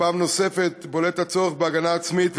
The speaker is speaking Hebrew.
שפעם נוספת בולט הצורך בהגנה עצמית.